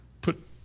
put